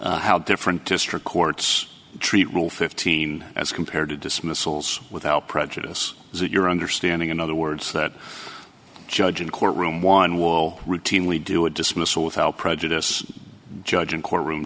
of how different district courts treat rule fifteen as compared to dismissals without prejudice is that your understanding in other words that judge in courtroom one will routinely do a dismissal without prejudice judge and courtroom